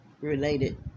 related